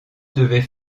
devaient